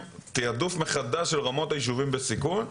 תיעדוף מחדש של רמות היישובים בסיכון,